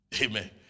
Amen